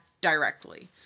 directly